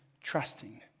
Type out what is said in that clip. trusting